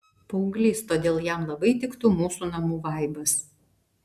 paauglys todėl jam labai tiktų mūsų namų vaibas